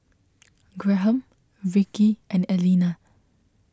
Graham Vickey and Elena